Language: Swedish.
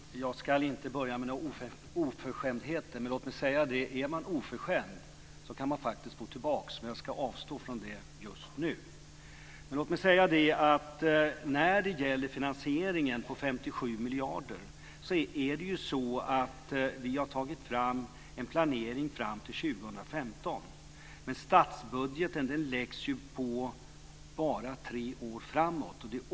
Herr talman! Jag ska inte börja med några oförskämdheter men låt mig säga: Är man oförskämd kan man faktiskt få tillbaka men jag ska avstå från det just nu. När det gäller finansieringen på 57 miljarder har vi tagit fram en planering fram till år 2015 men statsbudgeten läggs på bara tre år framåt.